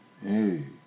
hey